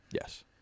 Yes